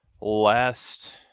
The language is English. last